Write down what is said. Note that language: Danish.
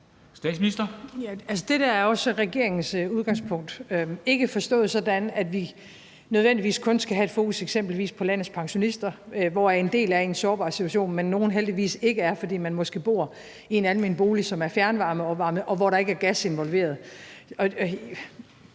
det der er også regeringens udgangspunkt, ikke forstået sådan, at vi nødvendigvis kun skal have et fokus på eksempelvis landets pensionister, hvoraf en del er i en sårbar situation, men hvor nogle heldigvis ikke er, fordi man måske bor i en almen bolig, som er fjernvarmeopvarmet, og hvor der ikke er gas involveret.